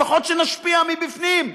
לפחות שנשפיע מבפנים.